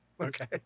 okay